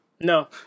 No